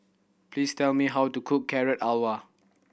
please tell me how to cook Carrot Halwa